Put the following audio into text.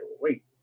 wait